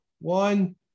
one